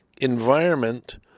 environment